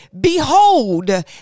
behold